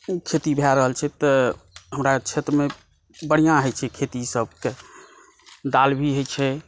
ओ खेती भए रहल छै तऽ हमरा क्षेत्रमे बढ़िऑं होइ छै खेती सभकेँ दालि भी होइ छै